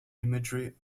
imagery